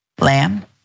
Lamb